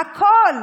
הכול.